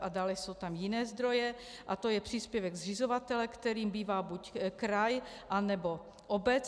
A dále jsou tam jiné zdroje, a to je příspěvek zřizovatele, kterým bývá buď kraj, anebo obec.